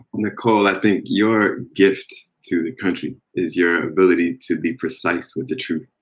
nikole, i think your gift to the country is your ability to be precise with the truth,